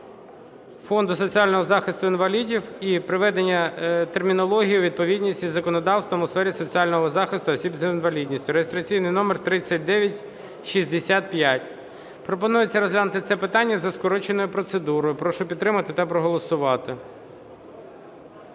Фонду соціального захисту інвалідів і приведення термінології у відповідність із законодавством у сфері соціального захисту осіб з інвалідністю (реєстраційний номер 3965). Пропонується розглянути це питання за скороченою процедурою. Прошу підтримати та проголосувати.